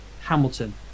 Hamilton